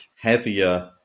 heavier